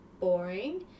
boring